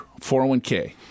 401k